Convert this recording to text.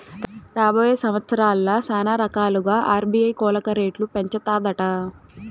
రాబోయే సంవత్సరాల్ల శానారకాలుగా ఆర్బీఐ కోలక రేట్లు పెంచతాదట